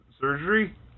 surgery